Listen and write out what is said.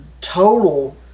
total